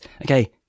Okay